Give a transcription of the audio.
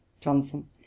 Johnson